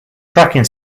tracking